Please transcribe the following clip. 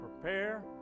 Prepare